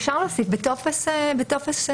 אפשר בטופס ייעודי.